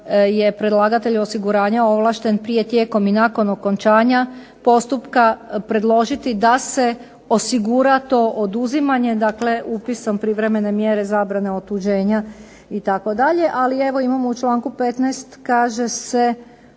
je predlagatelj osiguranja ovlašten prije, tijekom i nakon okončanja postupka predložiti da se osigura to oduzimanje. Dakle, upisom privremene mjere zabrane otuđenja itd., ali evo imamo u članku 15. kaže se